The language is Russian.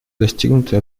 достигнуты